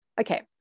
Okay